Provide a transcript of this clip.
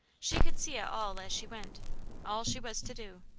she could see it all as she went all she was to do.